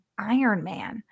Ironman